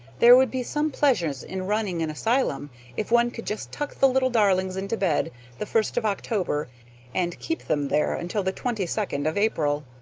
there would be some pleasure in running an asylum if one could just tuck the little darlings into bed the first of october and keep them there until the twenty-second of april.